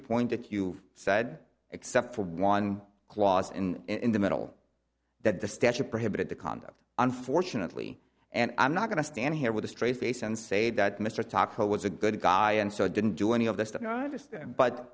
point that you've said except for one clause in in the middle that the statute prohibited the conduct unfortunately and i'm not going to stand here with a straight face and say that mr tucker was a good guy and so didn't do any of the stuff you